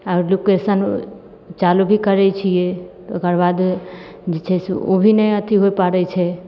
आब लोकेशन चालू भी करै छियै तऽ ओकर बाद जे छै से ओ भी नहि अथी होइ पाड़ै छै